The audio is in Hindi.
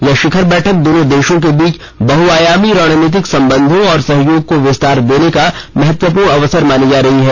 यह शिखर बैठक दोनों देशों के बीच बहुआयामी रणनीतिक संबंधों और सहयोग को विस्तार देने का महत्वपूर्ण अवसर मानी जा रही है